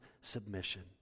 submission